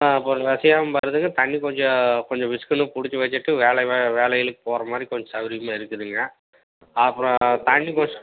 ஆ இப்போ கொஞ்சம் வசதியாகவும் வருதுங்க தண்ணி கொஞ்சம் கொஞ்சம் விசுக்குன்னு பிடிச்சி வச்சிவிட்டு வேலை வேலை வேலைகளுக்கு போகற மாதிரி கொஞ்சம் சௌகரிகமாக இருக்குதுங்க அப்புறம் தண்ணி கொஞ்சம்